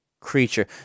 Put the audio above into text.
creature